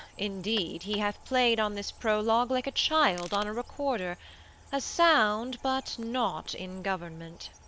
indeed he hath play'd on this prologue like a child on a recorder a sound, but not in government.